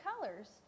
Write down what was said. colors